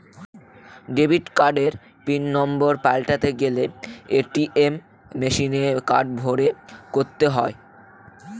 debit কার্ডের pin number পাল্টাতে গেলে এ.টি.এম মেশিনে কার্ড ভোরে করতে হয়